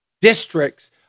districts